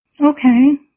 Okay